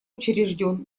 учрежден